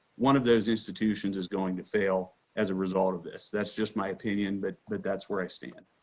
one of those institutions is going to fail. as a result of this, that's just my opinion, but that that's where i stand.